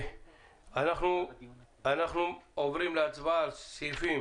אנחנו עוברים להצבעה על סעיפים